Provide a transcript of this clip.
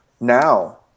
now